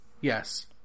Yes